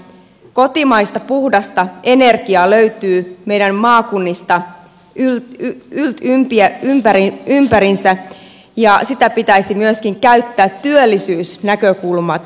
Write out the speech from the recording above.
kotimaista puhdasta energiaa löytyy meidän maakunnista yltympäriinsä ja sitä pitäisi myöskin käyttää työllisyysnäkökulmat huomioiden